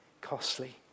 Costly